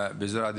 באזורי עדיפות?